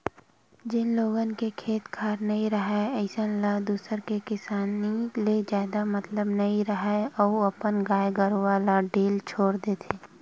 जेन लोगन के खेत खार नइ राहय अइसन ल दूसर के किसानी ले जादा मतलब नइ राहय अउ अपन गाय गरूवा ल ढ़िल्ला छोर देथे